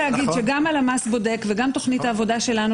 לכן רק להגיד שגם הלמ"ס בודק וגם תכנית העבודה שלנו